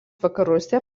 vakaruose